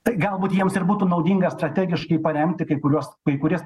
tai galbūt jiems ir būtų naudinga strategiškai paremti kai kuriuos kai kurias